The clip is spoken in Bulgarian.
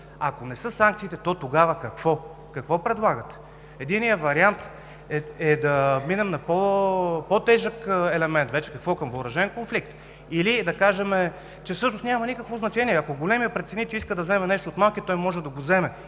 ако не са санкциите, то тогава какво? Какво предлагате? Единият вариант е да минем на по-тежък елемент – какво, към въоръжен конфликт? Или да кажем, че всъщност няма никакво значение и ако големият прецени, че иска да вземе нещо от малкия, той може да го вземе